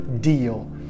deal